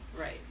Right